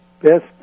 best